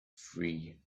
free